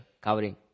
covering